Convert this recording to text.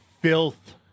Filth